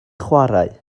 chwarae